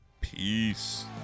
Peace